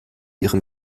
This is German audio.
ihren